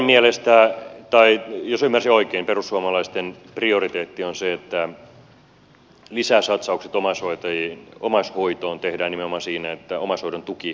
teidän mielestänne tai jos ymmärsin oikein perussuomalaisten prioriteetti on se että lisäsatsaukset omaishoitoon tehdään nimenomaan siinä että omaishoidon tuki siirretään kelalle